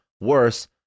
worse